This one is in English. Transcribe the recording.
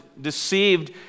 deceived